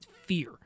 fear